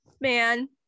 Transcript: man